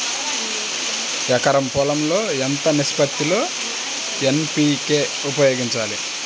ఎకరం పొలం లో ఎంత నిష్పత్తి లో ఎన్.పీ.కే ఉపయోగించాలి?